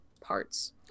parts